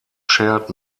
shared